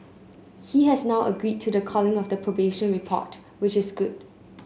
he has now agreed to the calling of the probation report which is good